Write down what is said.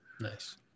Nice